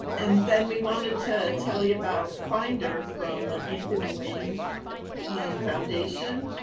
and then we wanted to tell you about finder from the anthony wayne foundation.